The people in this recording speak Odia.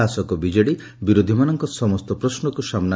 ଶାସକ ବିଜେଡ଼ି ବିରୋଧୀମାନଙ୍କ ସମସ୍ତ ପ୍ରଶ୍ମକୁ ସାମୁ